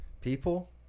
People